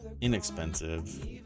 inexpensive